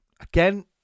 again